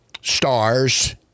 stars